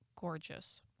gorgeous